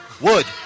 wood